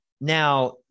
Now